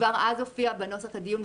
זה כבר אז הופיע בנוסח לדיון,